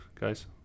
guys